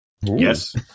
Yes